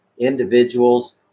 individuals